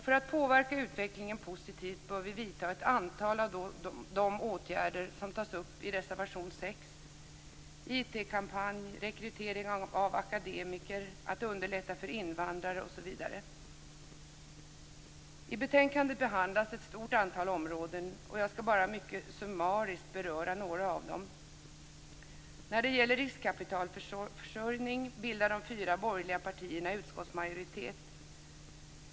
För att påverka utvecklingen positivt bör vi vidta ett antal av de åtgärder som tas upp i reservation I betänkandet behandlas ett stort antal områden, och jag skall bara mycket summariskt beröra några av dem. När det gäller riskkapitalförsörjning bildar de fyra borgerliga partierna utskottsmajoritet.